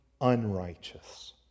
unrighteous